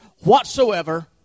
whatsoever